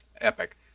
epic